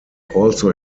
also